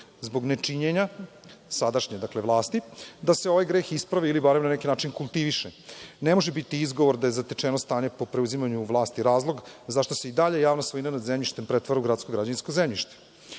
zbog nečinjenja sadašnje vlasti, da se ovaj greh ispravi ili barem na neki način kultiviše. Ne može biti izgovor da je zatečeno stanje po preuzimanju vlasti razlog zašto se i dalje javna svojina nad zemljištem pretvara u gradsko građevinsko zemljište.